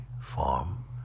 form